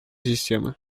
системы